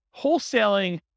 wholesaling